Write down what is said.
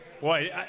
Boy